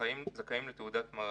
זכאים קבוצות לתעודת מערכה.